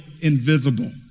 invisible